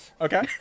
Okay